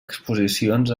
exposicions